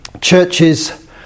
Churches